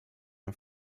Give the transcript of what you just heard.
auf